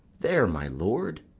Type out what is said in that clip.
there, my lord.